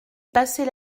passer